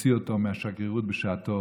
להוציא אותו מהשגרירות בשעתו